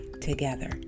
together